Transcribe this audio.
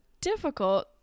difficult